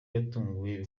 yatunguwe